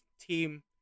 team